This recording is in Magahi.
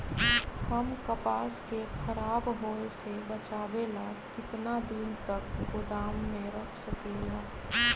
हम कपास के खराब होए से बचाबे ला कितना दिन तक गोदाम में रख सकली ह?